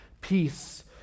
Peace